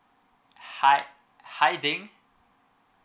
hi hi ting